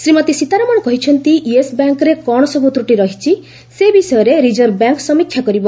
ଶ୍ରୀମତୀ ସୀତାରମଣ କହିଛନ୍ତି ୟେସ୍ ବ୍ୟାଙ୍କ୍ରେ କ'ଣ ସବୁ ତ୍ରଟି ରହିଛି ସେ ବିଷୟରେ ରିଜର୍ଭ ବ୍ୟାଙ୍କ୍ ସମୀକ୍ଷା କରିବ